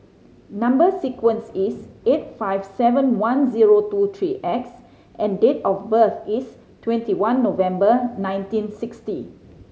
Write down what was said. number sequence is S eight five seven one zero two three X and date of birth is twenty one November nineteen sixty